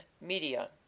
Media